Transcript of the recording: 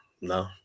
no